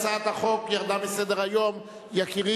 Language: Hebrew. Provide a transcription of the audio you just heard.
להסיר מסדר-היום את הצעת חוק מס ערך מוסף (תיקון,